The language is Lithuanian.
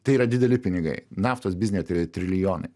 tai yra dideli pinigai naftos biznyje tai yra trilijonai